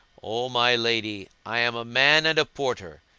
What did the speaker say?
o my lady, i am a man and a porter.